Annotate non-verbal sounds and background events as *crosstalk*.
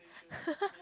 *laughs*